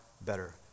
better